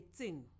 18